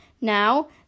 Now